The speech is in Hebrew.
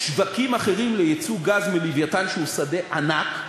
שווקים אחרים לייצוא גז מ"לווייתן" שהוא שדה ענק,